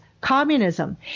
communism